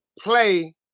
play